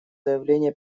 заявления